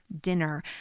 dinner